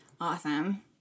Awesome